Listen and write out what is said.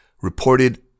reported